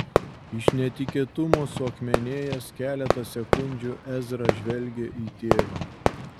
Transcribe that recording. iš netikėtumo suakmenėjęs keletą sekundžių ezra žvelgė į tėvą